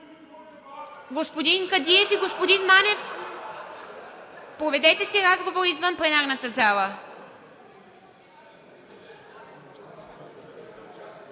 Господин Кадиев и господин Манев, проведете си разговора извън пленарната зала.